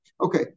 Okay